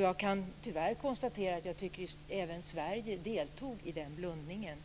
Jag kan, tyvärr, konstatera att även Sverige, tycker jag, deltog i det blundandet.